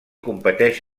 competeix